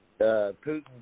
Putin